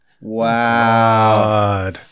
Wow